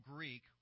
Greek